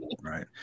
right